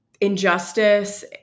injustice